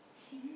sing